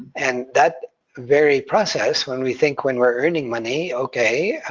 and that very process, when we think, when we're earning money okay,